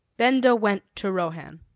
benda went to rohan.